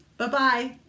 Bye-bye